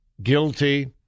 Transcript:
Guilty